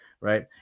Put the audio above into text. right